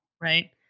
Right